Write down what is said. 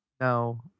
No